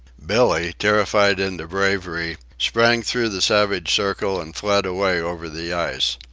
billee, terrified into bravery, sprang through the savage circle and fled away over the ice.